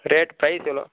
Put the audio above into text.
rate price எவ்வளோ